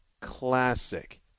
classic